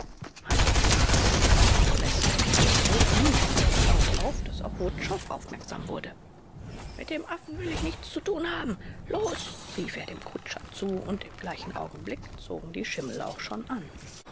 lachte über die burleskfigur so ungeniert laut auf daß auch wutschow aufmerksam wurde mit dem affen will ich nichts zu tun haben los rief er dem kutscher zu und im gleichen augenblick zogen die schimmel auch schon an